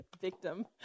victim